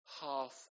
half